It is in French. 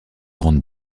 grandes